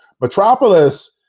Metropolis